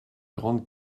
grandes